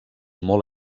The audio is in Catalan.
molt